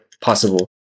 possible